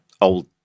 old